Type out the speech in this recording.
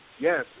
yes